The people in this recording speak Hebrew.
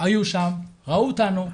היו שם, ראו אותנו,